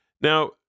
Now